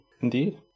Indeed